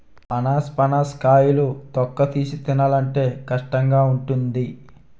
అనాసపనస కాయలు తొక్కతీసి తినాలంటే కష్టంగావుంటాది